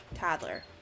toddler